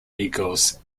eagles